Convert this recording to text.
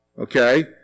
Okay